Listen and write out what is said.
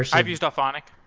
i've used alphonic.